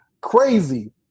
crazy